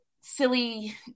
silly